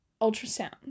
ultrasound